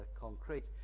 concrete